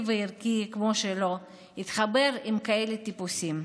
וערכי כמו שלו התחבר לכאלה טיפוסים?